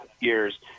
years